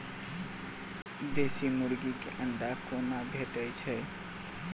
देसी मुर्गी केँ अंडा कोना भेटय छै?